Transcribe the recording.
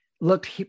looked